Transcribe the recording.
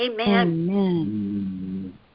Amen